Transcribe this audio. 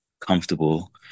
comfortable